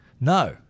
No